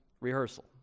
rehearsal